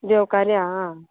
देवकार्या आं